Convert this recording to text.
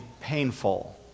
painful